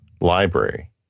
library